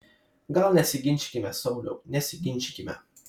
gal nesiginčykime sauliau nesiginčykime